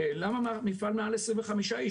למה רק במפעל מעל 25 איש?